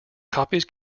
copies